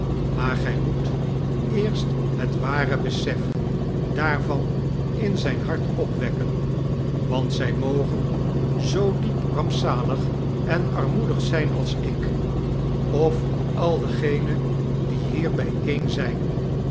maar gij robet eerst bet ware besef daarvan in zijn hart opwekken want zij mogea zoo diep iampzamg en armoedig zijai als iky of als al degenen die hier bijeen zijn